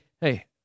hey